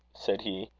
said he,